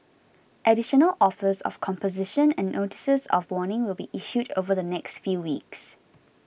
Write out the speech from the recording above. additional offers of composition and notices of warning will be issued over the next few weeks